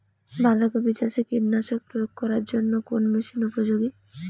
বাঁধা কপি চাষে কীটনাশক প্রয়োগ করার জন্য কোন মেশিন উপযোগী?